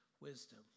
wisdom